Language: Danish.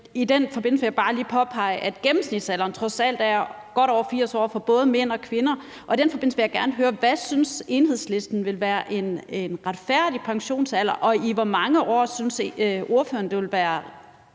I den forbindelse vil jeg bare lige påpege, at gennemsnitsalderen trods alt er godt over 80 år for både mænd og kvinder, og i den forbindelse vil jeg gerne høre, hvad Enhedslisten synes vil være en retfærdig pensionsalder, og i hvor mange år ordføreren synes at det